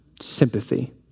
sympathy